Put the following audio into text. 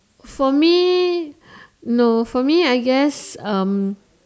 for me no for me I guess um